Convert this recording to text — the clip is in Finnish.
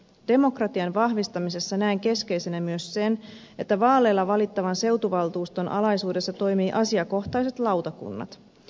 demokratian vahvistamisessa näen keskeisenä myös sen että vaaleilla valittavan seutuvaltuuston alaisuudessa toimivat asiakohtaiset lautakunnat